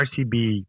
RCB